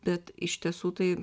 bet iš tiesų tai